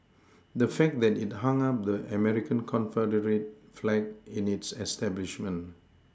the fact that it hung up the American Confederate flag in its establishment